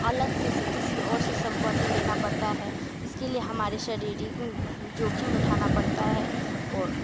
अलग से किसी और से सम्पर्क लेना पड़ता है इसके लिए हमारी शारीरिक जोखिम उठाना पड़ता है और